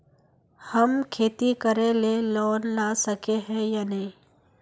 हम खेती करे ले लोन ला सके है नय?